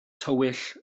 tywyll